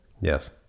Yes